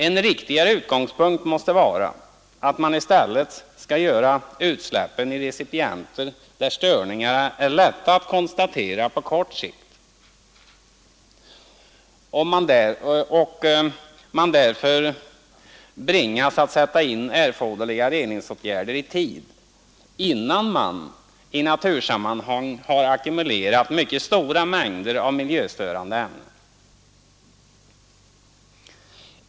En riktigare utgångspunkt måste vara att man i stället skall göra utsläppen i Nr 121 recipienter där störningarna är lätta att konstatera på kort sikt så att man Onsdagen den bringas att sätta in erforderliga reningsåtgärder i tid, innan man har 22:novamber. 1972 ackumulerat i natursammanhang mycket stora mängder av miljöstörande ämnen.